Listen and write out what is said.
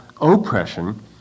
oppression